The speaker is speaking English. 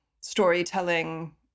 storytelling